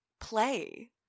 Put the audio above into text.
play